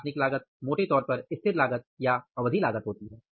प्रशासनिक लागत मोटे तौर पर स्थिर लागत या अवधि लागत होती है